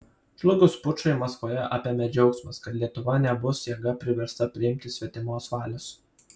žlugus pučui maskvoje apėmė džiaugsmas kad lietuva nebus jėga priversta priimti svetimos valios